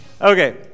okay